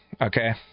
Okay